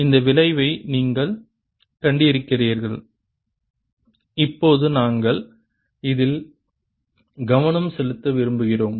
இந்த விளைவை நீங்கள் கண்டிருக்கிறீர்கள் இப்போது நாங்கள் இதில் கவனம் செலுத்த விரும்புகிறோம்